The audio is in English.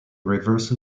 reversal